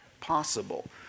possible